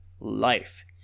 life